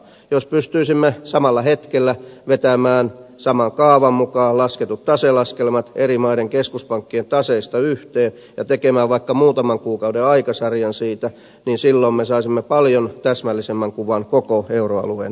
jos pystyisimme samalla hetkellä vetämään saman kaavan mukaan lasketut taselaskelmat eri maiden keskuspankkien taseista yhteen ja tekemään vaikka muutaman kuukauden aikasarjan siitä niin silloin me saisimme paljon täsmällisemmän kuvan koko euroalueen tilanteesta